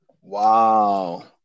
wow